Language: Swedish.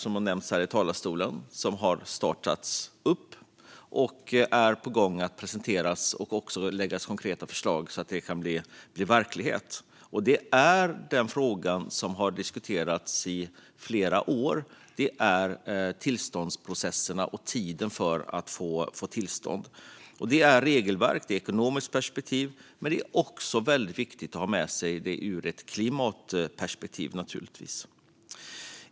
Som har nämnts här i talarstolen finns det en del utredningar som har startats upp och är på gång att presenteras med konkreta förslag så att det kan bli verklighet. En fråga som har diskuterats i flera år är tillståndsprocesserna och tiden det tar att få tillstånd. Det är regelverk. Det är ekonomiska perspektiv. Men det är naturligtvis också väldigt viktigt att ha med sig detta ur ett klimatperspektiv.